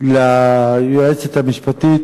ליועצת המשפטית,